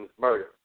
murder